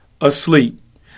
asleep